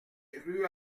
rue